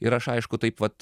ir aš aišku taip vat